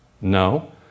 No